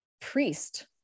priest